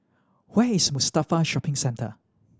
where is Mustafa Shopping Centre